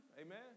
amen